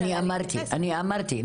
אני אמרתי.